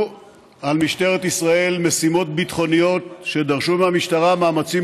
על משטרת ישראל משימות ביטחוניות שדרשו מהמשטרה מאמצים